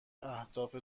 اهداف